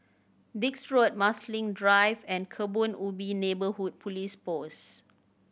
Dix Road Marsiling Drive and Kebun Ubi Neighbourhood Police Post